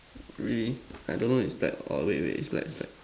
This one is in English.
red I don't know is black or wait is black is black